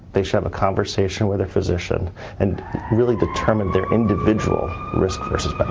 they should have a conversation with their physician and really determine their individual risk.